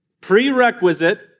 prerequisite